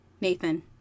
Nathan